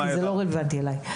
כי זה לא רלוונטי אליי.